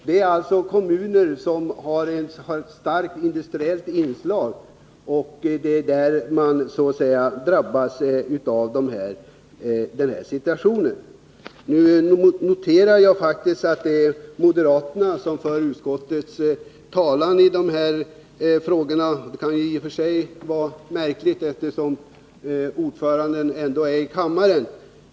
Det är kommuner med starkt industriellt inslag, och det är där man drabbats av den här situationen. Jag noterar att det är moderaterna som för utskottets talan i de här frågorna. Det kan i och för sig vara märkligt, eftersom utskottets ordförande ändå är i kammaren.